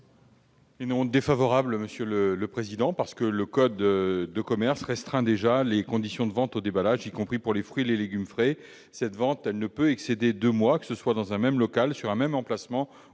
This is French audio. un avis défavorable sur cet amendement. Le code de commerce restreint déjà les conditions de vente au déballage, y compris pour les fruits et les légumes frais. Cette vente ne peut pas excéder deux mois, que ce soit dans un même local, sur un même emplacement